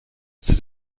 ses